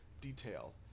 detail